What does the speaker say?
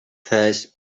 first